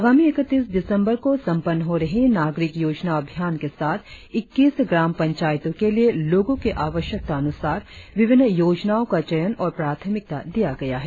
आगामी इकतीस दिसंबर को संपन्न हो रही नागरिक योजना अभियान के साथ इक्कीस ग्राम पंचायतो के लिए लोगो के आवश्यकतानुसार विभिन्न योजनाओ का चयन और प्राथमिकता दिया गया है